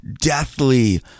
deathly